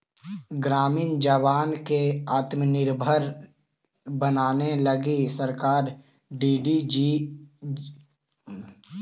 ग्रामीण जवान के आत्मनिर्भर बनावे लगी सरकार डी.डी.यू.जी.के.वाए के शुरुआत कैले हई